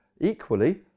Equally